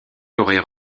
auraient